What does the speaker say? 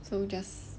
so just